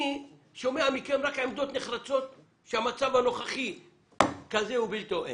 אני שומע מכם רק עמדות נחרצות שהמצב הנוכחי הוא כזה ואין בלתו.